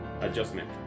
adjustment